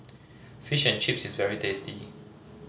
Fish and Chips is very tasty